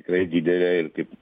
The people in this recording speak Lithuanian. tikrai didelė ir kaip